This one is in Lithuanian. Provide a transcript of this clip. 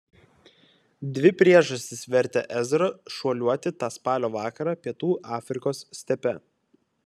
dvi priežastys vertė ezrą šuoliuoti tą spalio vakarą pietų afrikos stepe